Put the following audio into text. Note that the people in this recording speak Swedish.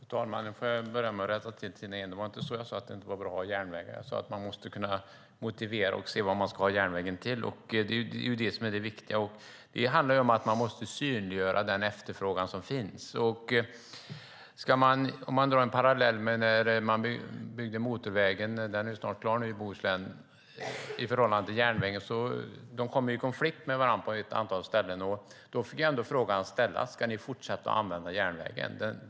Fru talman! Jag får börja med att rätta Tina Ehn. Jag sade inte att det inte var bra att ha järnvägar. Jag sade att man måste kunna motivera vad man ska ha järnvägen till. Det är det som är det viktiga. Det handlar om att man måste synliggöra den efterfrågan som finns. Om jag drar en parallell mellan bygget av motorvägen i Bohuslän, som snart är klar nu, och järnvägen kom de i konflikt med varandra på ett antal ställen. Då fick ändå frågan ställas: Ska ni fortsätta att använda järnvägen?